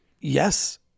Yes